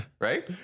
Right